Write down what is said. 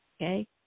Okay